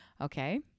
Okay